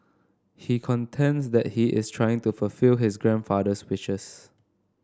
he contends that he is trying to fulfil his grandfather's wishes